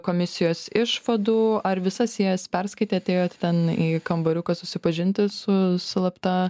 komisijos išvadų ar visas jas perskaitėt ėjot ten į kambariuką susipažinti su slapta